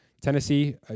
tennessee